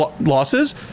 losses